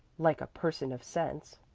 like a person of sense.